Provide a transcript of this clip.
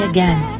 Again